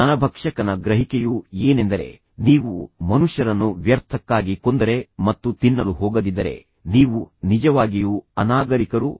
ನರಭಕ್ಷಕನ ಗ್ರಹಿಕೆಯು ಏನೆಂದರೆ ನೀವು ಮನುಷ್ಯರನ್ನು ವ್ಯರ್ಥಕ್ಕಾಗಿ ಕೊಂದರೆ ಮತ್ತು ತಿನ್ನಲು ಹೋಗದಿದ್ದರೆ ನೀವು ನಿಜವಾಗಿಯೂ ಅನಾಗರಿಕರು